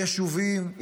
יישובים,